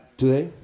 today